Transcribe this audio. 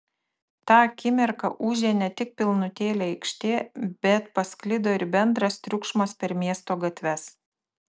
tą akimirką ūžė ne tik pilnutėlė aikštė bet pasklido ir bendras triukšmas per miesto gatves